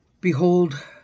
Behold